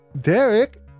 Derek